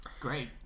great